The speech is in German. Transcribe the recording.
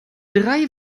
drei